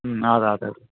ಹ್ಞೂ ಆರು ಆತದೆ